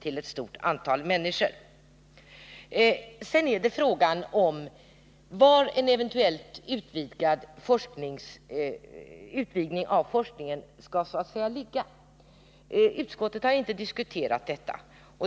till ett stort antal människor. Sedan är frågan var en eventuell utvidgning av forskningen skall ligga. Utskottet har inte diskuterat detta.